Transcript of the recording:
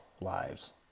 lives